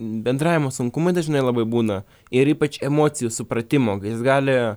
bendravimo sunkumai dažnai labai būna ir ypač emocijų supratimo jis gali